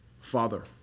father